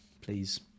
please